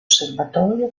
serbatoio